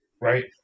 Right